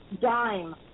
dime